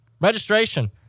Registration